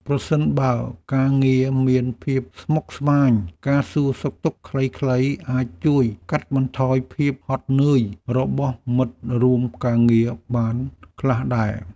ប្រសិនបើការងារមានភាពស្មុគស្មាញ ការសួរសុខទុក្ខខ្លីៗអាចជួយកាត់បន្ថយភាពហត់នឿយរបស់មិត្តរួមការងារបានខ្លះដែរ។